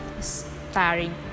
starring